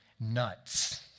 Nuts